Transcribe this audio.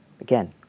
Again